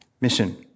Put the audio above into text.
mission